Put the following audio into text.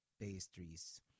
pastries